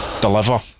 deliver